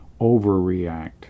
overreact